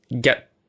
get